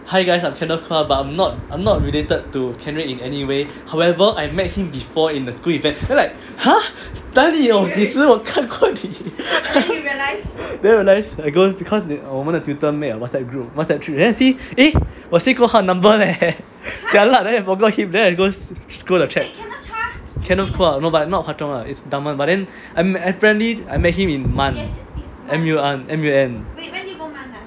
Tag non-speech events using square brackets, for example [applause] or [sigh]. hi guys I'm kenneth quah but I'm not I'm not related to kenrick in any way however I met him before in a school event then like !huh! [laughs] 哪里有几时我看过你 [laughs] then realise I go because 我们的 tutor made a WhatsApp group then I see eh 我 save 过他的 number leh [laughs] jialat then I forgot him then I go scroll the chat kenneth quah no but not hwa chong [one] is dunman but then I friendly I met him in mun M U N M U N